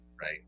right